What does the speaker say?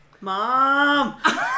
Mom